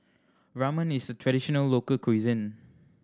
Ramen is traditional local cuisine